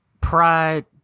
pride